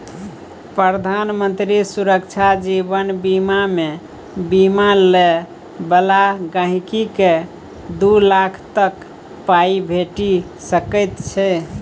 प्रधानमंत्री सुरक्षा जीबन बीमामे बीमा लय बला गांहिकीकेँ दु लाख तक पाइ भेटि सकै छै